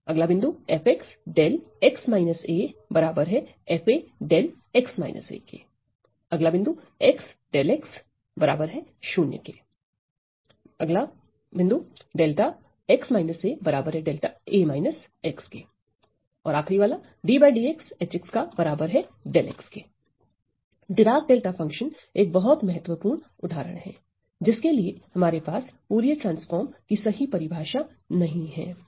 • f 𝜹x − a f 𝜹x − a • x 𝜹 0 • 𝜹x − a 𝜹a − x • H 𝜹 Dirac delta function एक बहुत महत्वपूर्ण उदाहरण है जिसके लिए हमारे पास फूरिये ट्रांसफार्म की सही परिभाषा नहीं है